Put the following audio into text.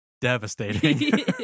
devastating